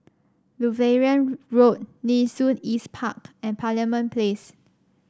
Lutheran Road Nee Soon East Park and Parliament Place